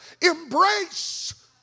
Embrace